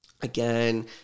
again